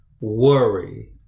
worry